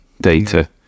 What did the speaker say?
data